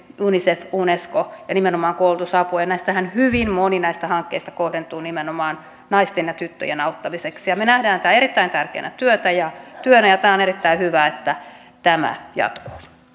unicef unesco ja nimenomaan koulutusapua hyvin monihan näistä hankkeista kohdentuu nimenomaan naisten ja tyttöjen auttamiseksi me näemme tämän erittäin tärkeänä työnä ja on erittäin hyvä että tämä jatkuu